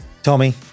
Tommy